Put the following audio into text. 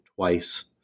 Twice